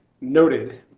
noted